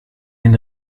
den